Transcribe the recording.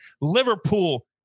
liverpool